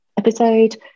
episode